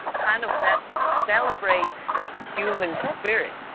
kind of, that celebrates the human spirit.